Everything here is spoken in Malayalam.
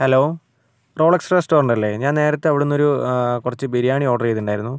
ഹലോ റോളക്സ് റസ്റ്റോറന്റ് അല്ലേ ഞാൻ നേരത്തെ അവിടുന്ന് ഒരു കുറച്ച് ബിരിയാണി ഓർഡർ ചെയ്തിട്ടുണ്ടായിരുന്നു